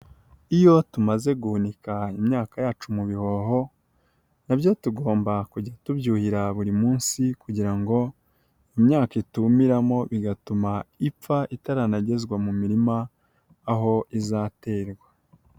Iyo tumaze guhunika imyaka yacu mu bihoho, na byo tugomba kujya tubyuhira buri munsi kugira ngo imyaka itumiramo bigatuma ipfa itaranagezwa mu mirima aho izaterwa.